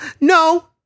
No